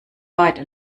byte